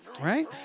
Right